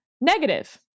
negative